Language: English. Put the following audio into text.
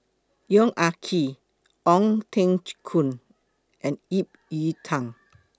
Yong Ah Kee Ong Teng Koon and Ip Yiu Tung